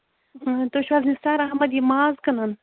اۭں تُہۍ چھِو حظ نِثر احمد یہِ ماز کٕنان